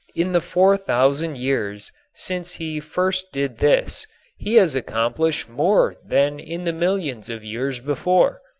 in the four thousand years since he first did this he has accomplished more than in the millions of years before.